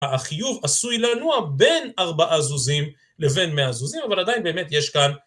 החיוב עשוי לנוע בין ארבעה זוזים לבין מאה זוזים אבל עדיין באמת יש כאן